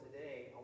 today